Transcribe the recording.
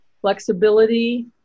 flexibility